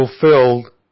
fulfilled